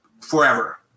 Forever